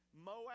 Moab